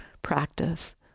practice